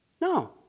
No